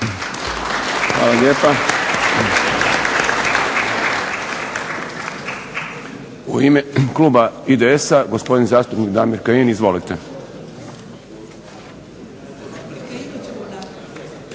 Hvala lijepa. U ime kluba IDS-a gospodin zastupnik Damir Kajin. Izvolite.